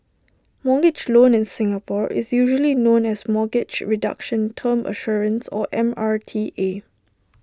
mortgage loan in Singapore is usually known as mortgage reduction term assurance or M R T A